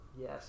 Yes